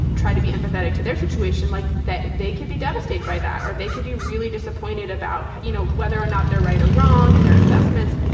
try to be empathetic to their situation like that. they could be devastated by that or they could be really disappointed about, you know, whether or not they're right or wrong in their assessments.